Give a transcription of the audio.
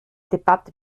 debatte